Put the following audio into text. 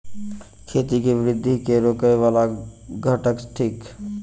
खेती केँ वृद्धि केँ रोकय वला घटक थिक?